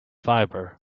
fibre